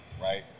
right